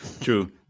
True